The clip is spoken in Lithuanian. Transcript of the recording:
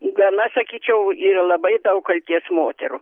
gana sakyčiau yra labai daug kaltės moterų